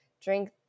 drink